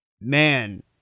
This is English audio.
man